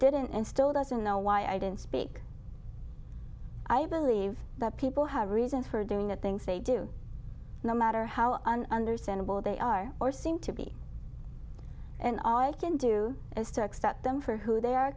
didn't and still doesn't know why i didn't speak i believe that people have a reason for doing the things they do no matter how understandable they are or seem to be and all i can do is to accept them for who they are